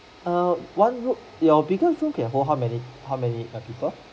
err one room your biggest room can hold how many how many people